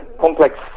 complex